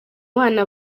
bana